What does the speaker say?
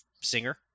singer